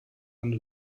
eine